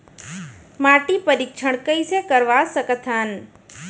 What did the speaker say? माटी परीक्षण कइसे करवा सकत हन?